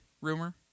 rumor